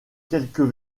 quelques